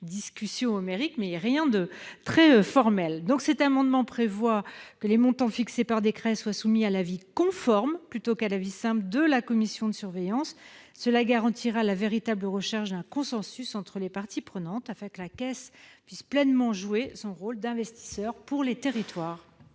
discussions homériques, mais rien de très formel. Cet amendement prévoit que les montants fixés par décret soient soumis à l'avis conforme, plutôt qu'à l'avis simple, de la commission de surveillance. Cela garantira la véritable recherche d'un consensus entre toutes les parties prenantes, afin que la Caisse puisse pleinement jouer son rôle d'investisseur pour les territoires.